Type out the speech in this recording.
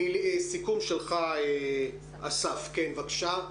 סיכום שלך, אסף, בבקשה.